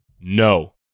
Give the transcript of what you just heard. no